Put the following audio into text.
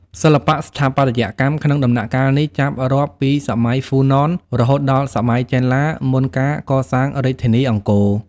សិល្បៈស្ថាបត្យកម្មក្នុងតំណាក់កាលនេះចាប់រាប់ពីសម័យហ្វូណន រហូតដល់ សម័យចេនឡា មុនការកសាងរាជធានីអង្គរ។